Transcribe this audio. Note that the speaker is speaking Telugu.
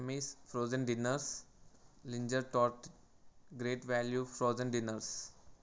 Hamza frozen dinners ginger tart great value frozen dinners